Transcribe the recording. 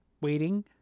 waiting